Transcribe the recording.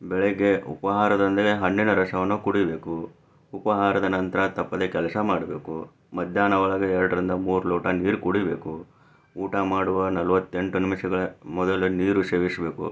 ಬೆಳಗ್ಗೆ ಉಪಹಾರದಂದರೆ ಹಣ್ಣಿನ ರಸವನ್ನು ಕುಡಿಬೇಕು ಉಪಹಾರದ ನಂತರ ತಪ್ಪದೆ ಕೆಲಸ ಮಾಡಬೇಕು ಮಧ್ಯಾಹ್ನದೊಳಗೆ ಎರಡರಿಂದ ಮೂರು ಲೋಟ ನೀರು ಕುಡಿಬೇಕು ಊಟ ಮಾಡುವ ನಲ್ವತ್ತೆಂಟು ನಿಮಿಷಗಳ ಮೊದಲು ನೀರು ಸೇವಿಸಬೇಕು